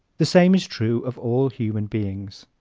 the same is true of all human beings.